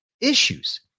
issues